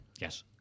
Yes